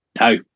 No